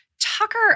Tucker